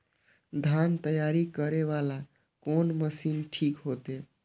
धान तैयारी करे वाला कोन मशीन ठीक होते?